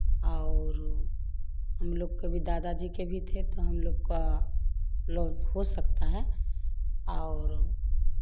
और हम लोग के भी दादाजी के भी थे हम लोग का लोप हो सकता है और